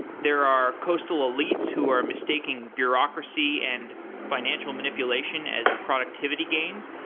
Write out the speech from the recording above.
there are coastal elites who are mistaking bureaucracy and financial manipulation as productivity gains.